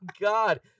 God